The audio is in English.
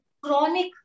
chronic